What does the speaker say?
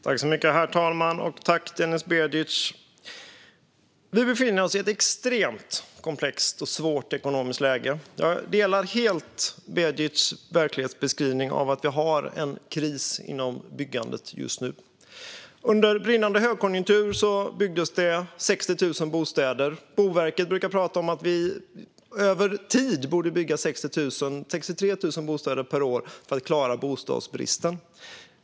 Herr talman! Vi befinner oss i ett extremt komplext och svårt ekonomiskt läge. Jag delar helt Denis Begics verklighetsbeskrivning av att vi har en kris inom byggandet just nu. Under brinnande högkonjunktur byggdes det 60 000 bostäder. Boverket brukar prata om att vi över tid borde bygga 63 000 bostäder per år för att klara bostadsbristen.